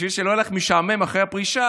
בשביל שלא יהיה לך משעמם אחרי הפרישה,